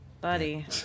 Buddy